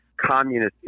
communist